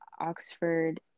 oxford